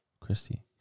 Christy